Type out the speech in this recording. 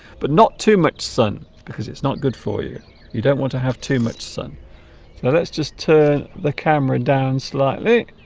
but not too much sun because it's not good for you you don't want to have too much sun now let's just turn the camera down slightly